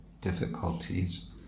difficulties